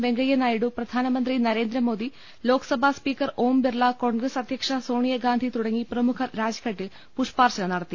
വെങ്കയ്യനായി do പ്രധാനമന്ത്രി Narendra Modi Lok Sabha speaker Om Birla Congress അധ്യക്ഷ സോണിയാ ഗാന്ധി തുടങ്ങി പ്രമുഖർ രാജ്ഘട്ടിൽ പുഷ്പാർച്ചന നടത്തി